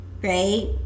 Right